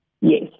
Yes